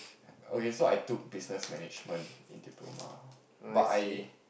okay so I took Business Management in diploma but I